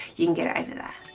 you can get it over there.